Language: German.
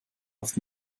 dass